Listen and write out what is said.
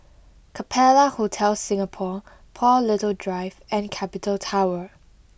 Capella Hotel Singapore Paul Little Drive and Capital Tower